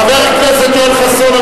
חבר הכנסת יואל חסון,